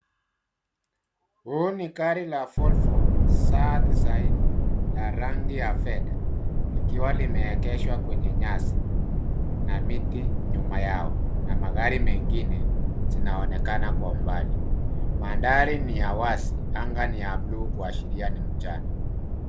Huu ni gari la volvo tisini ya rangi la fedha likiwa limeegeshwa kwenye nyasi na miti nyuma yao na magari mengine yanaonekana kwa mbali. Mandari ni ya wazi, anga ni ya [c.s]blue kuashiria ni mchana.